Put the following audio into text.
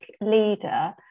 leader